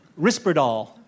Risperdal